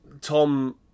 tom